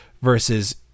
versus